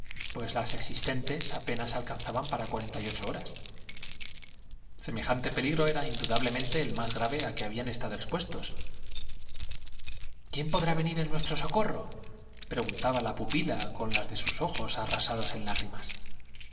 sembrado apenas alcanzaban para cuarenta y ocho horas de cadáveres semejante peligro era indudablemente el más grave decidámonos qué se hace preguntó benjamín á que habían estado expuestos dando un rugido con el aliento que le prestaba la des quién podrá venir en nuestro socorro pregun esperación taba la pupila con las de sus ojos arrasados en lágri